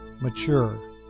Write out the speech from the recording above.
mature